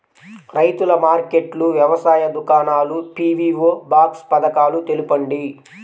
రైతుల మార్కెట్లు, వ్యవసాయ దుకాణాలు, పీ.వీ.ఓ బాక్స్ పథకాలు తెలుపండి?